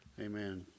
Amen